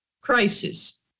crisis